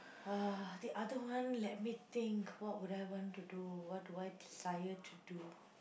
uh the other one let me think what would I want to do what will I desire to do